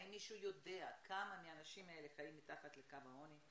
האם מישהו יודע כמה מהאנשים האלה חיים מתחת לקו העוני?